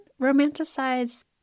romanticize